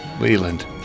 Leland